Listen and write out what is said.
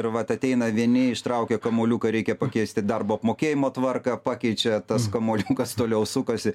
ir vat ateina vieni ištraukia kamuoliuką ir reikia pakeisti darbo apmokėjimo tvarką pakeičia tas kamuoliukas toliau sukasi